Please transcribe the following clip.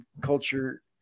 culture